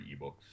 eBooks